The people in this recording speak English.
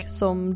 som